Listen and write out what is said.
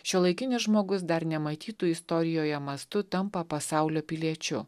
šiuolaikinis žmogus dar nematytų istorijoje mastu tampa pasaulio piliečiu